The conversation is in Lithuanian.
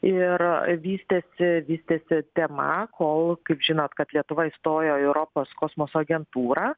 ir vystėsi vystėsi tema kol kaip žinot kad lietuva įstojo į europos kosmoso agentūrą